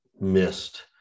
missed